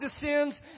descends